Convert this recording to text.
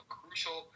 crucial